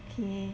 okay